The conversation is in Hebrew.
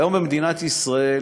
היום במדינת ישראל,